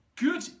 Good